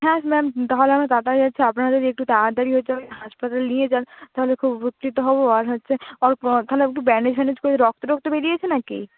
হ্যাঁ ম্যাম তাহলে তাড়াতাড়ি যাচ্ছি আপনারা যদি একটু তাড়াতাড়ি হচ্ছে ওকে হাসপাতালে নিয়ে যান তাহলে খুব উপকৃত হব আর হচ্ছে তাহলে একটু ব্যান্ডেজ ফ্যান্ডেজ করে রক্ত টক্ত বেরিয়েছে না কি